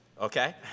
okay